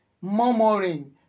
murmuring